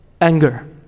anger